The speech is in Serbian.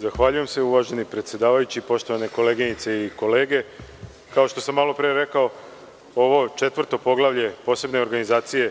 Zahvaljujem se uvaženi predsedavajući, poštovane koleginice i kolege, kao što sam malopre rekao ovo četvrto poglavlje posebne organizacije